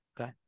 Okay